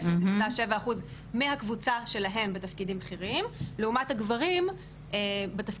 הן 0.7% מהקבוצה שלהן בתפקידים בכירים לעומת הגברים בתפקידים